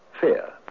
fear